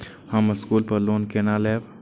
हम स्कूल पर लोन केना लैब?